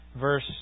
Verse